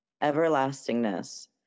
Everlastingness